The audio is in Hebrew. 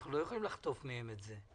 אנחנו לא יכולים לחטוף מהם את זה,